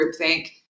groupthink